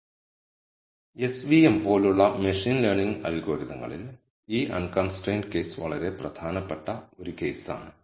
s v m പോലുള്ള machine learning അൽഗോരിതങ്ങളിൽ ഈ അൺകൺസ്ട്രൈൻഡ് കേസ് വളരെ പ്രധാനപ്പെട്ട ഒരു കേസാണ്